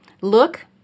Look